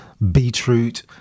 beetroot